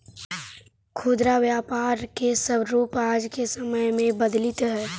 खुदरा व्यापार के स्वरूप आज के समय में बदलित हइ